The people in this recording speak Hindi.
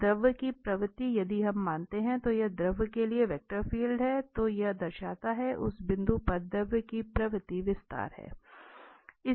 तो द्रव की प्रवृत्ति यदि हम मानते हैं कि यह द्रव के लिए वेक्टर फील्ड है तो यह दर्शाता है कि उस बिंदु पर द्रव की प्रवृत्ति विस्तार है